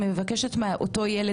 מבקשת מאותו ילד,